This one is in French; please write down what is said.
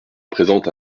présente